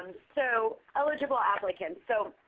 um so eligible applicants. so